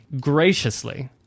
graciously